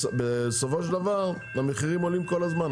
ובסופו של דבר המחירים עולים כל הזמן,